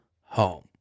home